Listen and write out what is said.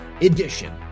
edition